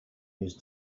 used